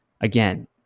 Again